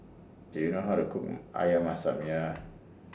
Do YOU know How to Cook Ayam Masak Merah